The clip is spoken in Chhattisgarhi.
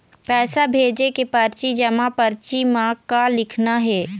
पैसा भेजे के परची जमा परची म का लिखना हे?